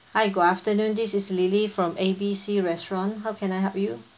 hi good afternoon this is lily from A B C restaurant how can I help you